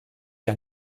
der